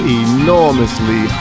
enormously